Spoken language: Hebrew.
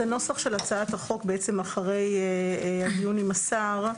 הנוסח של הצעת החוק אחרי הדיון עם השר,